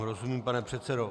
Rozumím vám, pane předsedo.